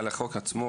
על החוק עצמו,